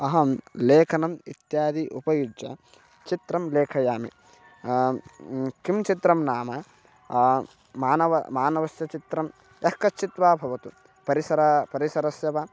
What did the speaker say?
अहं लेखनीम् इत्यादि उपयुज्य चित्रं लिखामि किं चित्रं नाम मानवस्य मानवस्य चित्रं यः कश्चिद्वा भवतु परिसरस्य परिसरस्य वा